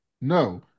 no